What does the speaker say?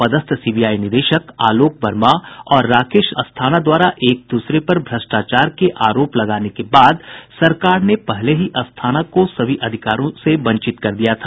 अपदस्थ CBI निदेशक आलोक वर्मा और राकेश अस्थाना द्वारा एक दूसरे पर भ्रष्टाचार के आरोप लगाने के बाद सरकार ने पहले ही अस्थाना को सभी अधिकारों से वंचित कर दिया था